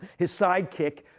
his sidekick,